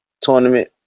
tournament